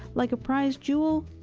like a prized jewel,